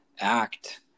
act